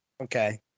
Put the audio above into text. Okay